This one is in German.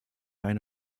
eine